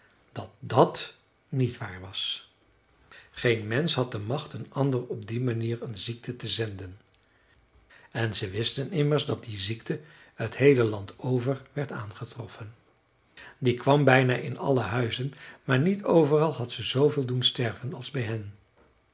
dat dàt niet waar was geen mensch had de macht een ander op die manier een ziekte te zenden en ze wisten immers dat die ziekte t heele land over werd aangetroffen die kwam bijna in alle huizen maar niet overal had ze zoovelen doen sterven als bij hen